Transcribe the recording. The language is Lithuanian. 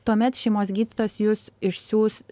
tuomet šeimos gydytojas jus išsiųs